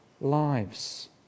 lives